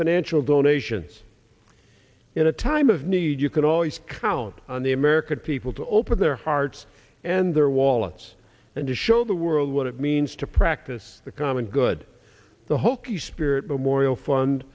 financial donations in a time of need you can always count on the american people to open their hearts and their wallets and to show the world what it means to practice the common good the hokie spirit but morial fund